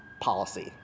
policy